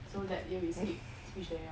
so that you we skip speech that you know